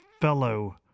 fellow